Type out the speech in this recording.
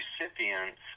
recipients